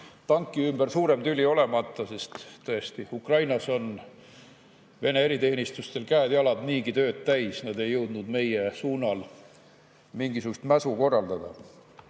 tanki ümber suurem tüli tõesti olemata, sest Ukrainas on Vene eriteenistustel niigi käed-jalad tööd täis, nad ei jõudnud meie suunal mingisugust mäsu korraldada.